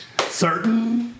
Certain